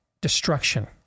destruction